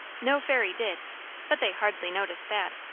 no fairy did but they hardly noticed that.